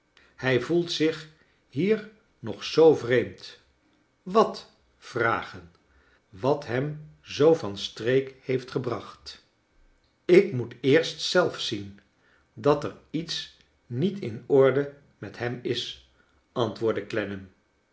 hij voelt zich hier nog zoo vreemd w at vragen wat hem zoo van streek heelt gebracht ik moet eerst zelf zien dat er iets niet in orde met hem is antwoordde